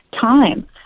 time